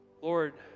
Lord